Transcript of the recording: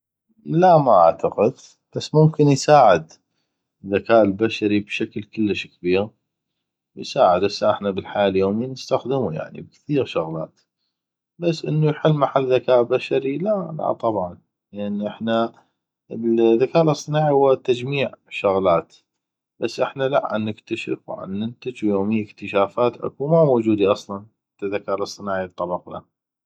لا ما اعتقد بس ممكن يساعد الذكاء البشري بشكل كلش كبيغ ويساعد هسه احنا بالحياة اليومي نستخدمو بشكل كلش كبيغ بس انو يحل محل ذكاء بشري لان الذكاء الاصطناعي هو تجميع شغلات بس احنا لا عنكتشف وعننتج ويومي اكتشافات اكو. ما موجودي اصلا حته ذكاء اصطناعي يتطرقله